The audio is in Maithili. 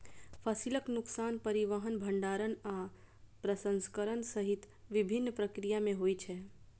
फसलक नुकसान परिवहन, भंंडारण आ प्रसंस्करण सहित विभिन्न प्रक्रिया मे होइ छै